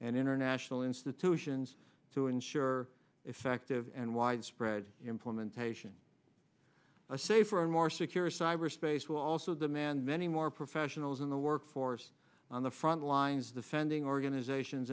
and international institutions to ensure effective and widespread implementation a safer and more secure cyberspace will also demand many more professionals in the workforce on the front lines the fending organizations